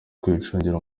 kwicungira